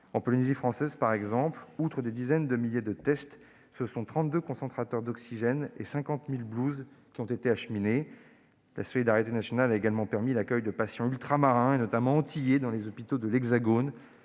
en Polynésie française, outre des dizaines de milliers de tests, ce sont 32 concentrateurs d'oxygène et 50 000 blouses qui ont été acheminés. La solidarité nationale a également permis l'accueil de patients ultramarins, et notamment antillais, dans les hôpitaux de l'Hexagone.